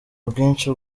ubwinshi